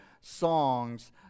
songs